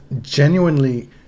genuinely